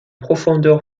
profondeur